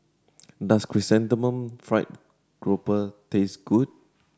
does Chrysanthemum Fried Grouper taste good